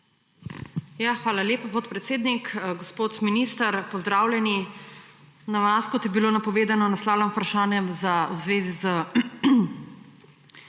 Hvala lepa, podpredsednik. Gospod minister, pozdravljeni. Na vas, kot je bilo napovedano, naslavljam vprašanje v zvezi s